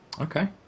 Okay